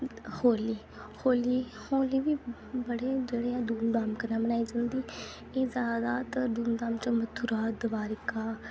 होली होली होली बी बड़ी धूमधाम कन्नै मनाई जंदी जादातर मथुरा दवारिका उस